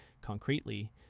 Concretely